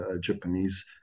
Japanese